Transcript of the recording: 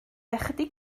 ychydig